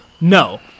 No